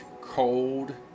cold